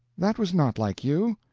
that was not like you.